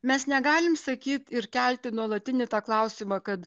mes negalim sakyt ir kelti nuolatinį tą klausimą kad